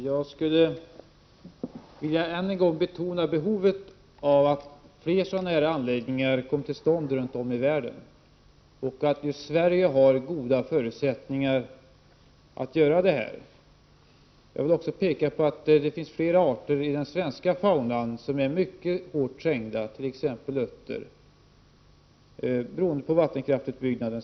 Herr talman! Ännu en gång vill jag betona behovet av att fler anläggningar av det här slaget kommer till stånd — det gäller då runt om i världen — och att vi i Sverige har goda förutsättningar på detta område. Vidare vill jag peka på att det finns flera arter i den svenska faunan som är mycket hårt trängda. Det gäller t.ex. uttern. Orsaken är vattenkraftsutbyggnaden.